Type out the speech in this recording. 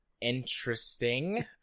interesting